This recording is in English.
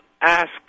ask